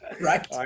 Right